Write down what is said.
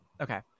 okay